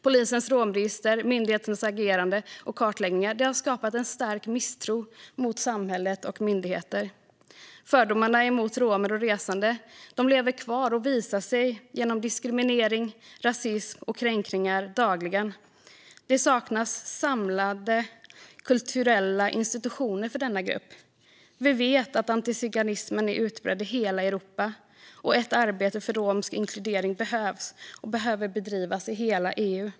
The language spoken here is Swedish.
Polisens romregister, myndigheters agerande och kartläggningar har skapat en stark misstro mot samhället och myndigheter. Fördomarna emot romer och resande lever kvar och visar sig genom diskriminering, rasism och kränkningar dagligen. Det saknas samlade kulturella institutioner för denna grupp. Vi vet att antiziganismen är utbredd i hela Europa. Ett arbete för romsk inkludering behövs, och det behöver bedrivas i hela EU.